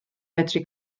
medru